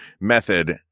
method